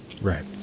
right